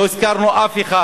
לא הזכרנו אף אחד.